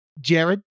jared